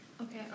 Okay